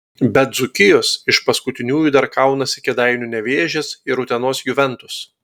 be dzūkijos iš paskutiniųjų dar kaunasi kėdainių nevėžis ir utenos juventus